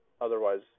otherwise